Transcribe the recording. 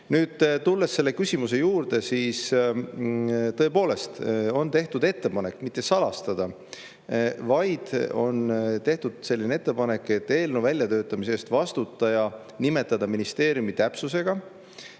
Nüüd tulen selle küsimuse juurde. Tõepoolest on tehtud ettepanek, aga mitte salastada, vaid on tehtud selline ettepanek, et eelnõu väljatöötamise eest vastutaja nimetada ministeeriumi täpsusega